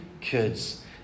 kids